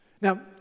Now